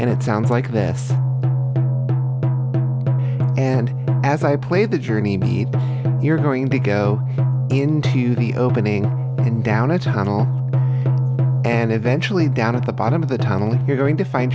and it sounds like this and as i play the journey you're going to go opening down a tunnel and eventually down at the bottom of the tunnel you're going to find